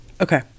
Okay